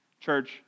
Church